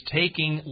taking